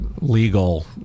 legal